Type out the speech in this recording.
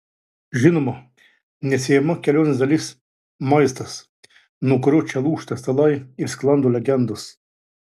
žinoma neatsiejama kelionės dalis maistas nuo kurio čia lūžta stalai ir sklando legendos